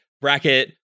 bracket